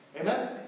Amen